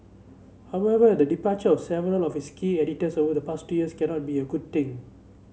however the departure of several of its key editors over the past two years cannot be a good thing